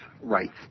rights